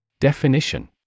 Definition